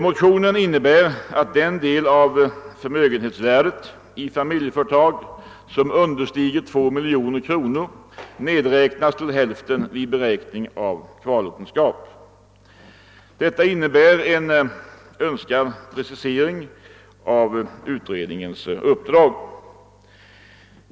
Motionen går ut på att den del av förmögenhetsvärdet i familjeföretag som . understiger 2 miljoner kronor nedräknas till hälften vid beräkning' av kvarlåtenskap. Detta innebär en önskvärd precisering av utredningens uppdrag.